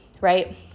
right